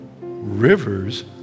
rivers